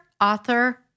author